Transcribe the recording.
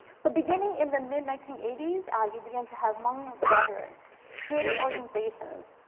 so beginning in the mid nineteen eighty s, ah you began to have hmong veterans creating organizations,